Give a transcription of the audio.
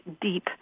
deep